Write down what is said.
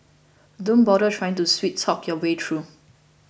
don't bother trying to sweet talk your way through